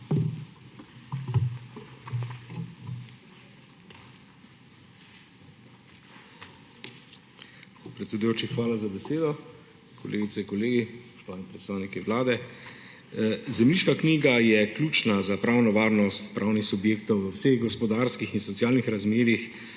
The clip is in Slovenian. hvala za besedo. Kolegice, kolegi, spoštovani predstavniki Vlade! Zemljiška knjiga je ključna za pravno varnost pravnih subjektov v vseh gospodarskih in socialnih razmerjih,